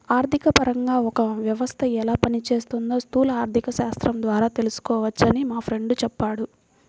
ఆర్థికపరంగా ఒక వ్యవస్థ ఎలా పనిచేస్తోందో స్థూల ఆర్థికశాస్త్రం ద్వారా తెలుసుకోవచ్చని మా ఫ్రెండు చెప్పాడు